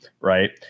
right